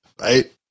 right